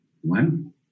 one